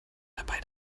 dabei